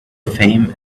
fame